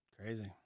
Crazy